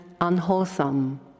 unwholesome